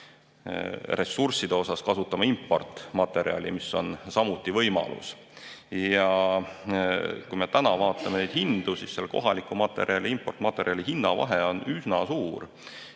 ressursside asemel kasutama importmaterjali, mis on samuti võimalus. Ja kui me täna vaatame neid hindu, siis kohaliku materjali ja importmaterjali hinna vahe on üsna suur.